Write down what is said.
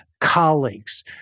colleagues